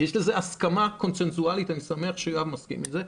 יש לזה הסכמה קונצנזואלית ואני שמח שיואב מסכים עם זה.